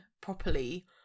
properly